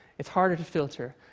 it's harder to filter,